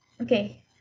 Okay